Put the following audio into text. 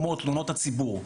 כמו תלונות הציבור,